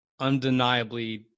undeniably